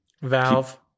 Valve